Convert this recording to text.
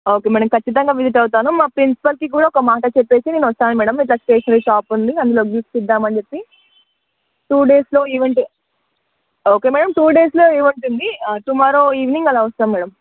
okay madam ఖచ్చితంగా visit అవుతాను మా ప్రిన్సిపల్కి కూడా ఒక మాట చెప్పి నేను వస్తాను మ్యాడమ్ ఇట్లా స్టేషనరీ షాపు ఉంది అందులో గిఫ్ట్స్ ఇద్దాం అని చెప్పి టూ డేస్లో ఈవెంట్ ఓకే మ్యాడమ్ టూ డేస్లో ఈవెంట్ ఉంది టుమారో ఈవెనింగ్ అలా వస్తాం మ్యాడమ్